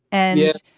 and yes,